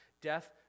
death